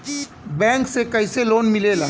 Bank से कइसे loan मिलेला?